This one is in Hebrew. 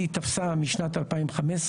היא תפסה משנת 2015,